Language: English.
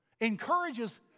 encourages